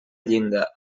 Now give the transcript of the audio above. llinda